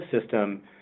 system